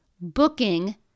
booking